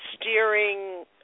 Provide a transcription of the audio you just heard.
steering